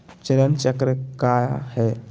चरण चक्र काया है?